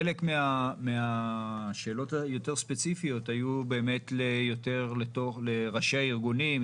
חלק מהשאלות היותר ספציפיות היו באמת יותר לראשי הארגונים,